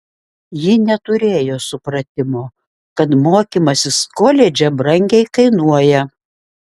ji neturėjo supratimo kad mokymasis koledže brangiai kainuoja